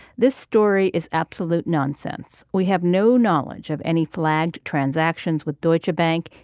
this story is absolute nonsense. we have no knowledge of any flagged transactions with deutsche bank.